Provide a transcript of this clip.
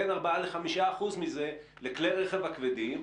בין 4% ל-5% לכלי הרכב הכבדים,